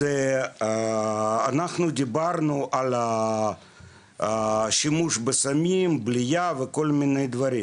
אנחנו דיברנו על השימוש בסמים בבליעה ובכל מיני דברים,